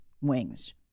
wings